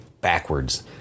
backwards